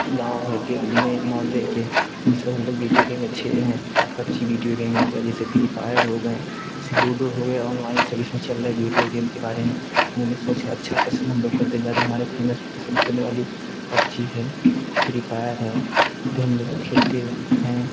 गाँव है के में मौहल्ले के सब हम लोग वीडियो गेम अच्छे हैं पबजी वीडियो गेम हो गए जैसे फ्री फीयर हो गए लुडो हो गए ऑनलाइन से भी इस में चल रहे वीडियो गेम के बार में हम उन्हें स्वच्छ अच्छा पसंद हम लोग करते हैं ज़्यादा हमारे फेमस पसंद पड़ने वाली पबजी है फ्री फायर है जो हम लोग खेलते हैं